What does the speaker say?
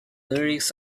lyrics